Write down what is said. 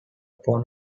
upon